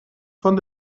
van